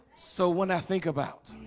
so when i think about